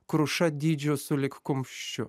kruša dydžio sulig kumščiu